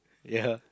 ya